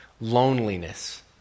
loneliness